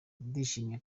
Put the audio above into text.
ndishimye